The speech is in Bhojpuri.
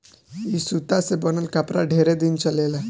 ए सूता से बनल कपड़ा ढेरे दिन चलेला